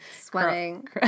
sweating